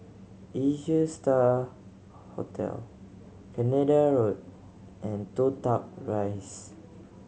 Asia Star Hotel Canada Road and Toh Tuck Rise